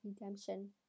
redemption